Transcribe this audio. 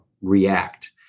react